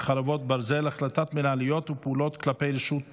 חרבות ברזל) (החלטות מינהליות ופעולות כלפי רשות ציבורית,